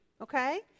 okay